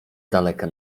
daleka